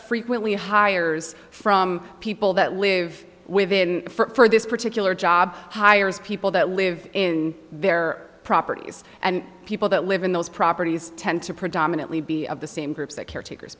frequently hires from people that live within for this particular job hires people that live in their properties and people that live in those properties tend to predominantly be of the same groups that caretakers